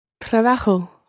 Trabajo